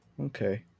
okay